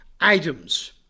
items